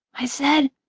i said.